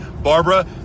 Barbara